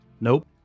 Nope